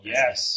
yes